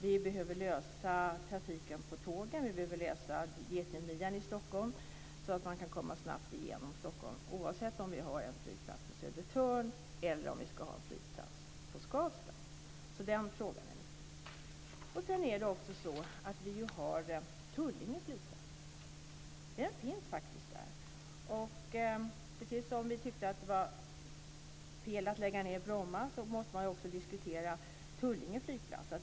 Vi behöver lösa trafikproblemen på tågen, och problemet med getingmidjan i Stockholm så att man kan komma snabbt igenom staden oavsett om vi har en flygplats på Södertörn eller i Skavsta. Den frågan är alltså viktig. Vi har ju också Tullinge flygplats - den finns faktiskt där. Precis som vi tyckte att det var fel att lägga ned Bromma så måste man också diskutera Tullinge flygplats.